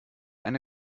eine